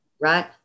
right